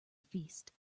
feast